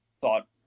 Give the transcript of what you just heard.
thought